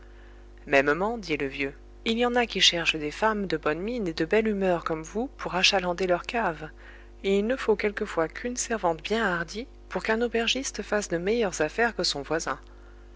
mêmement dit le vieux il y en a qui cherchent des femmes de bonne mine et de belle humeur comme vous pour achalander leur cave et il ne faut quelquefois qu'une servante bien hardie pour qu'un aubergiste fasse de meilleures affaires que son voisin